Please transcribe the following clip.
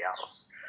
else